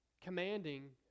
commanding